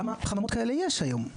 כמה חממות כאלה יש היום,